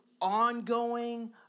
ongoing